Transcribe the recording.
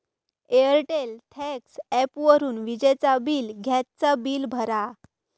Airtel thanks ॲपवरून विजेचा bill, gas चा बिल भरा